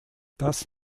das